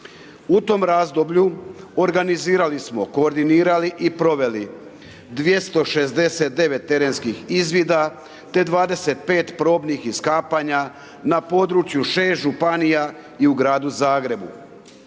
U tom razdoblju organizirali smo, koordinirali i proveli 269 terenskih izvida te 25 probnih iskapanja na području 6 županija i u Gradu Zagrebu.